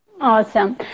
Awesome